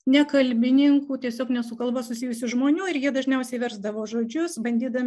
ne kalbininkų tiesiog ne su kalba susijusių žmonių ir jie dažniausiai versdavo žodžius bandydami